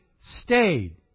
stayed